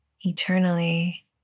eternally